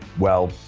well,